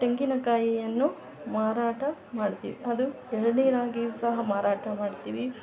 ತೆಂಗಿನಕಾಯಿಯನ್ನು ಮಾರಾಟ ಮಾಡ್ತೀವಿ ಅದು ಎಳನೀರಾಗಿಯು ಸಹ ಮಾರಾಟ ಮಾಡ್ತೀವಿ